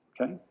Okay